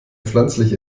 pflanzlich